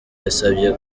yasabye